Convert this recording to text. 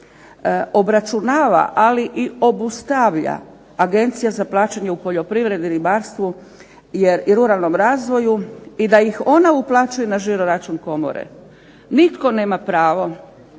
obračunava, ali i obustavlja Agencija za plaćanje u poljoprivredi, ribarstvu i ruralnom razvoju i da ih ona uplaćuje na žiro račun komore. Nitko nema pravo